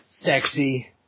sexy